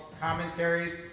commentaries